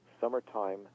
summertime